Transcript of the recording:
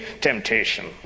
temptation